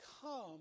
come